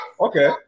Okay